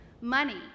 Money